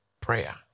prayer